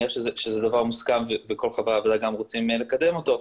אני מניח שזה דבר מוסכם וכל חברי הוועדה גם רוצים לקדם אותו,